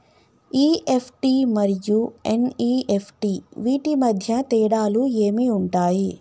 EFT మరియు NEFT వీటి మధ్య తేడాలు ఏమి ఉంటాయి?